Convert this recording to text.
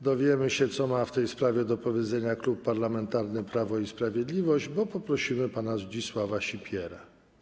Dowiemy się, co ma w tej sprawie do powiedzenia Klub Parlamentarny Prawo i Sprawiedliwość, bo poprosimy pana Zdzisława Sipierę.